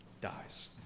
dies